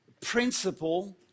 principle